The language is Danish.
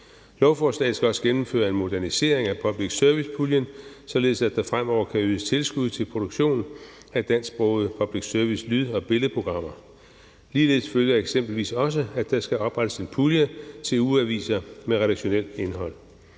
Lovforslaget skal også gennemføre en modernisering af public service-puljen, således at der fremover kan ydes tilskud til produktion af dansksprogede lyd- og billedprogrammer til public service. Ligeledes følger eksempelvis også, at der skal oprettes en pulje til ugeaviser med redaktionelt indhold.